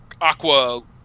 Aqua